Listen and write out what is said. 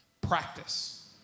Practice